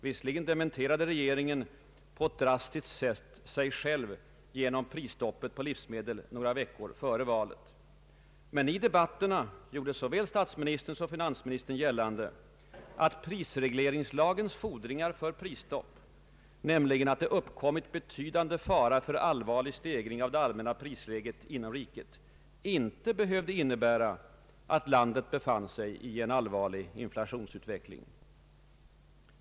Visserligen dementerade regeringen på ett drastiskt sätt sig själv genom Pprisstoppet på livsmedel några veckor före valet. Men i debatterna gjorde såväl statsministern som finansministern gällande, att prisregleringslagens fordringar för prisstopp — nämligen att det ”uppkommit betydande fara för allvarlig stegring av det allmänna prisläget inom riket” — inte behövde innebära, att landet befann sig i en allvarlig inflationsutveckling.